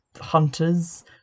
hunters